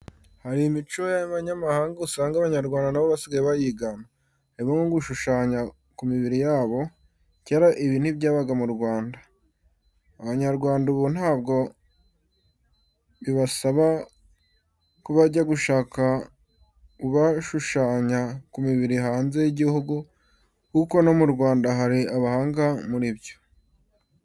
Hari imico y'abanyamahanga usanga Abanyarwanda na bo basigaye bayigana, harimo nko gushushanya ku mibiri yabo, kera ibi ntibyabaga mu Rwanda. Abanyarwanda ubu ntabwo bibasaba ko bajya gushaka ubashushanya ku mubiri hanze y'igihugu kuko no mu Rwanda hari abahanga muri byo.